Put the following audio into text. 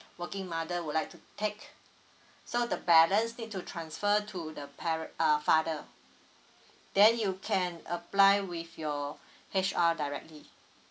working mother would like to take so the balance need to transfer to the par~ uh father then you can apply with your H_R directly